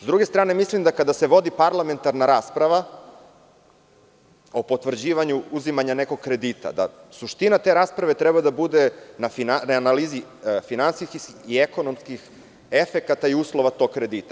S druge strane, mislim da kada se vodi parlamentarna rasprava o potvrđivanju uzimanja nekog kredita, da suština te rasprave treba da bude na analizi finansijskih i ekonomskih efekata i uslova tog kredita.